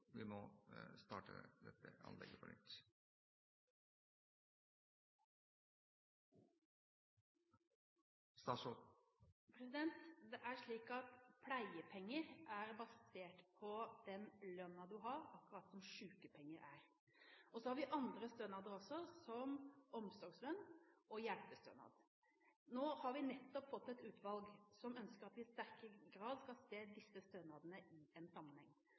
Representanten må forholde seg til forretningsordenen, og da er det slik at representanten stiller et spørsmål, og så svarer statsråden i 1 minutt. Vi tar det på nytt. Pleiepenger er basert på den lønnen man har, akkurat som sykepenger er. Så har vi andre stønader også, som omsorgslønn og hjelpestønad. Nå har vi nettopp fått et utvalg som ønsker at vi i sterkere grad skal